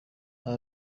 aba